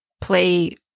play